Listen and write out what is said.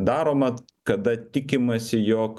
daroma kada tikimasi jog